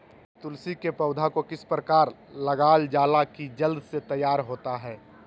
तुलसी के पौधा को किस प्रकार लगालजाला की जल्द से तैयार होता है?